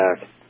back